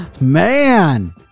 Man